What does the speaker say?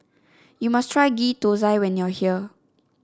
you must try Ghee Thosai when you are here